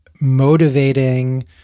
motivating